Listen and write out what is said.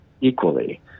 equally